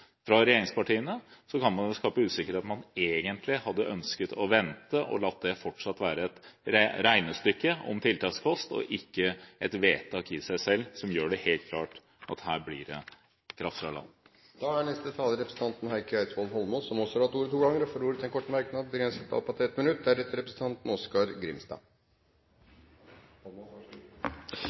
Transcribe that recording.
fra Stortinget. Selv i denne debatten kan man fra regjeringspartiene skape usikkerhet om man egentlig hadde ønsket å vente og latt det fortsatt være et regnestykke om tiltakskost og ikke et vedtak i seg selv som gjør det helt klart at her blir det kraft fra land. Representanten Heikki Eidsvoll Holmås har hatt ordet to ganger tidligere og får ordet til en kort merknad, begrenset til 1 minutt.